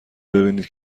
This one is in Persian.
ببینید